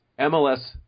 MLS